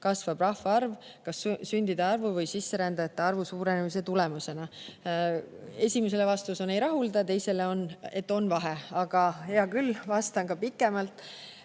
kasvab rahvaarv – kas sündide arvu või sisserändajate arvu suurenemise tulemusena?" Esimesele on vastus, et ei rahulda, teisele on, et on vahe. Aga hea küll, vastan pikemalt.